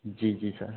जी जी सर